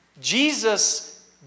Jesus